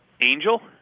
Angel